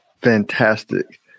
fantastic